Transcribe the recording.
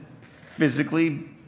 physically